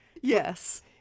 Yes